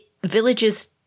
Villages